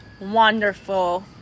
wonderful